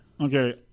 Okay